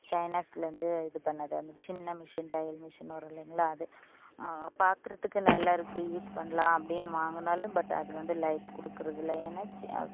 சைனஸில் இருந்து இது பண்ணது அந்த சின்ன மிஷின் தையல் மிஷின் வரும் இல்லைங்களா அது பார்க்கறதுக்கு நல்லாருக்குது யூஸ் பண்ணலாம் அப்படின்னு வாங்குனாலும் பட் அது வந்து லைப் கொடுக்கறதில்ல ஏன்னால் சி